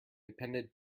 appended